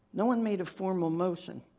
no one made a formal motion.